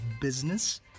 business